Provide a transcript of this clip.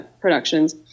Productions